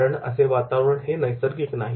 कारण असे वातावरण हे नैसर्गिक नाही